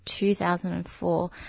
2004